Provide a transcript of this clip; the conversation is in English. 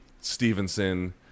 Stevenson